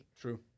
True